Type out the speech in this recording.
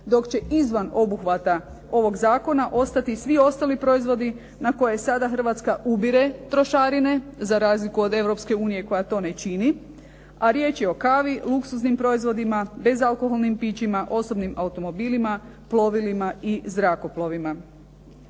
Dok će izvan obuhvata ovog zakona ostati i svi ostali proizvodi na koje sada Hrvatska ubire trošarine za razliku od Europske unije koja to ne čini, a riječ je o kavi, luksuznim proizvodima, bezalkoholnim pićima, osobnim automobilima, plovilima i zrakoplovima.